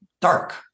dark